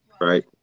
right